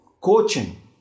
coaching